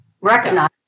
recognize